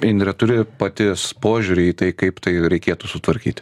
indre turi paties požiūrį į tai kaip tai reikėtų sutvarkyti